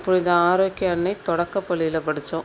இப்போது இது ஆரோக்கிய அன்னை தொடக்கப்பள்ளியில் படித்தோம்